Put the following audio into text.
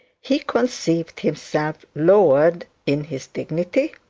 he conceived himself lowered in his dignity,